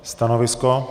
Stanovisko?